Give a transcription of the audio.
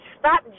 stop